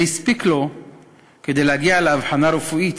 זה הספיק לו כדי להגיע לאבחנה רפואית,